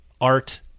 art